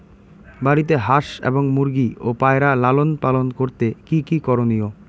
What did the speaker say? বাড়িতে হাঁস এবং মুরগি ও পায়রা লালন পালন করতে কী কী করণীয়?